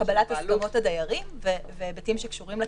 -- קבלת הסכמות הדיירים והיבטים שקשורים לקניין.